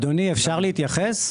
אדוני, אפשר להתייחס?